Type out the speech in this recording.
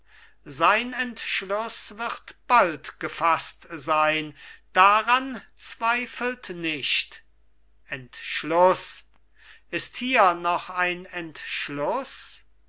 sein entschluß wird bald gefaßt sein daran zweifelt nicht entschluß ist hier noch ein entschluß